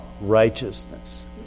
righteousness